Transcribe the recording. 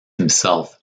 himself